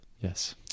yes